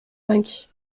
cinq